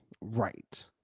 Right